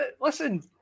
listen